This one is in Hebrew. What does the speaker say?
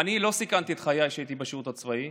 אני לא סיכנתי את חיי כשהייתי בשירות הצבאי,